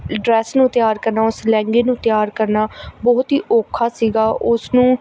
dress ਨੂੰ ਤਿਆਰ ਕਰਨਾ ਉਸ ਲਹਿੰਗੇ ਨੂੰ ਤਿਆਰ ਕਰਨਾ ਬਹੁਤ ਹੀ ਔਖਾ ਸੀਗਾ ਉਸਨੂੰ